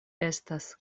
estas